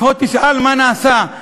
תשאל מה נעשה.